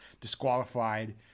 disqualified